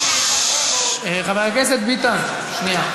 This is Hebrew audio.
ששש, חבר הכנסת ביטן, שנייה.